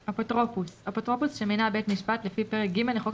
""אפוטרופוס" אפוטרופוס שמינה בית משפט לפי פרק ג' לחוק